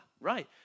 right